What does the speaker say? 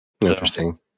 Interesting